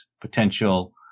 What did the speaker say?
potential